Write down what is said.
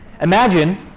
Imagine